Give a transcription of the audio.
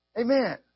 Amen